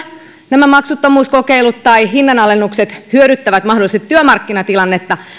nämä maksuttomuuskokeilut tai hinnanalennukset hyödyttävät mahdollisesti työmarkkinatilannetta